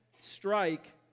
Strike